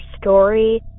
story